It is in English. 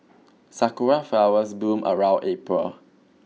sakura flowers bloom around April